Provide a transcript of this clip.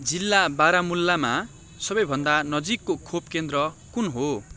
जिल्ला बारामुल्लामा सबैभन्दा नजिकको खोप केन्द्र कुन हो